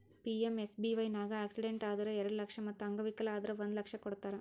PMSBY ನಾಗ್ accident ಆದುರ್ ಎರಡು ಲಕ್ಷ ಮತ್ ಅಂಗವಿಕಲ ಆದುರ್ ಒಂದ್ ಲಕ್ಷ ಕೊಡ್ತಾರ್